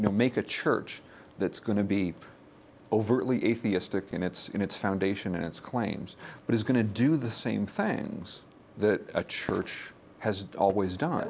you make a church that's going to be overtly atheistic in its in its foundation in its claims but is going to do the same things that a church has always done